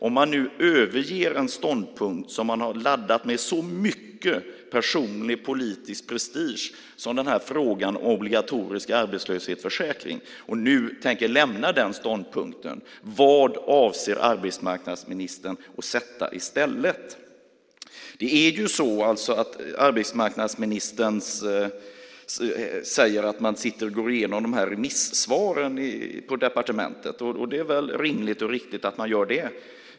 Om man nu överger en ståndpunkt som man har laddat med så mycket personlig politisk prestige som frågan om obligatorisk arbetslöshetsförsäkring och nu tänker lämna den ståndpunkten, vad avser arbetsmarknadsministern att sätta i stället? Arbetsmarknadsministern säger att man sitter och går igenom remissvaren på departementet, och det är väl rimligt och riktigt att man gör det.